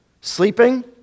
Sleeping